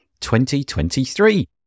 2023